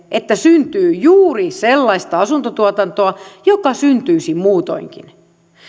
että syntyy juuri sellaista asuntotuotantoa joka syntyisi muutoinkin